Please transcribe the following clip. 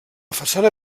façana